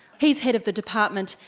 he's head of the department,